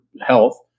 health